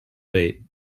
fate